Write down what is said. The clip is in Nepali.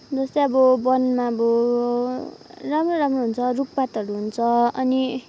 जस्तै अब वनमा अब राम्रो राम्रो हुन्छ रुखपातहरू हुन्छ अनि